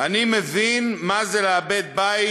"אני מבין מה זה לאבד בית.